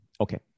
Okay